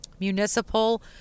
municipal